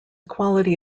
quality